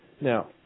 Now